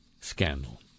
scandal